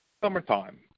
summertime